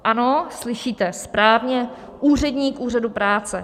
Ano, slyšíte správně: úředník úřadu práce.